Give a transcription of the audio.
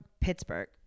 Pittsburgh